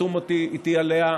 שחתום איתי עליה,